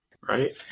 Right